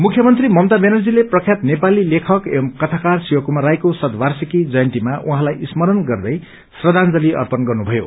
मुख्यमन्त्री ममता ब्यानर्जीले प्रख्यात नेपी लेखक एवं कथाकार शिव कुमार राईको शतवार्षिकी जयन्तीमा उहाँलाई स्मरण गर्दै श्रद्वांजलि अर्पण गर्नुभयो